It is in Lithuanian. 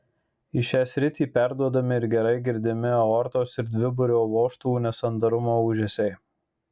į šią sritį perduodami ir gerai girdimi aortos ir dviburio vožtuvų nesandarumo ūžesiai